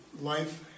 life